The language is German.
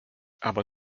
aber